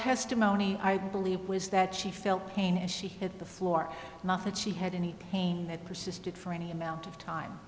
testimony i believe was that she felt pain and she hit the floor nothing she had any pain that persisted for any amount of time